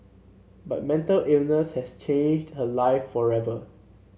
but mental illness has changed her life forever